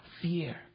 fear